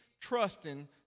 trusting